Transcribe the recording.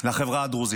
לחברה הדרוזית.